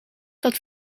dat